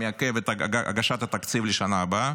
שמעכב את הגשת התקציב לשנה הבאה,